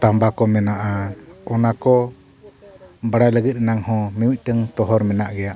ᱛᱟᱵᱟ ᱠᱚ ᱢᱮᱱᱟᱜᱼᱟ ᱚᱱᱟ ᱠᱚ ᱵᱟᱲᱟᱭ ᱞᱟᱹᱜᱤᱫ ᱨᱮᱱᱟᱜ ᱦᱚᱸ ᱢᱤ ᱢᱤᱫᱴᱟᱝ ᱛᱚᱦᱚᱨ ᱢᱮᱱᱟᱜ ᱜᱮᱭᱟ